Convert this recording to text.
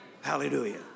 Hallelujah